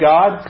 God